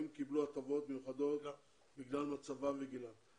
האם קיבלו הטבות מיוחדת בגלל מצבם וגילם?